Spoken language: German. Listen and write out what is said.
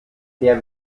der